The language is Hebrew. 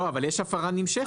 לא, אבל יש הפרה נמשכת.